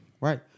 Right